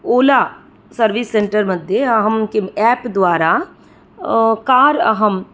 Ola service centre मध्ये अहं किम् ऐप् द्वारा कार् अहं